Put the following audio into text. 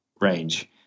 range